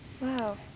Wow